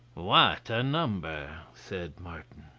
what a number! said martin.